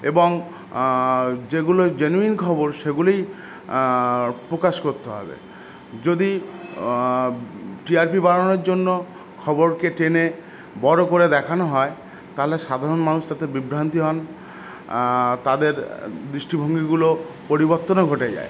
এবং যেগুলো জেনুইন খবর সেগুলি প্রকাশ করতে হবে যদি টিআরপি বারানোর জন্য খবরকে টেনে বড়ো করে দেখানো হয় তাহলে সাধারণ মানুষ তাতে বিভ্রান্ত হন তাদের দৃষ্টিভঙ্গিগুলো পরিবত্তনও ঘটে যায়